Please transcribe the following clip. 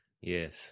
Yes